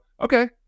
okay